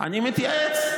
אני מתייעץ.